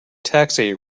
taxi